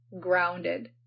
grounded